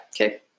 Okay